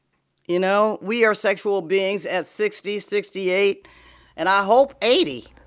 you know? we are sexual beings at sixty, sixty eight and, i hope, eighty